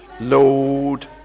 Lord